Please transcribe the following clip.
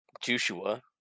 Joshua